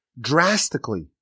drastically